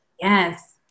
yes